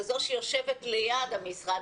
כזו שיושבת ליד המשרד,